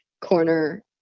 corner